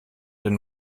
den